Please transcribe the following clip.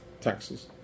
taxes